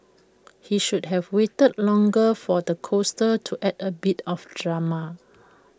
he should have waited longer for the coaster to add A bit of drama